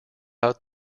out